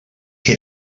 que